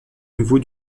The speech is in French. niveau